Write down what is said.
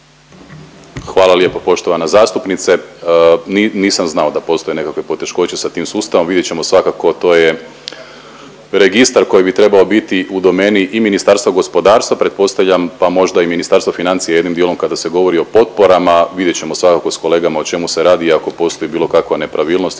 Hvala lijepo poštovana zastupnice. Nisam znao da postoje nekakve poteškoće sa tim sustavom, vidjet ćemo svakako to je registar koji bi trebao biti u domeni i Ministarstva gospodarstva pretpostavljam pa možda i Ministarstvo financija jednim dijelom kada se govori o potporama vidjet ćemo svakako sa kolegama o čemu se radi i ako postoji bilo kakva nepravilnost